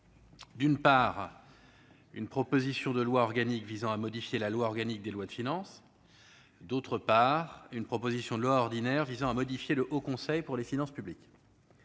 d'une part, une proposition de loi organique visant à modifier la loi organique relative aux lois de finances, d'autre part, une proposition de loi ordinaire relative au Haut Conseil des finances publiques.